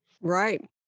Right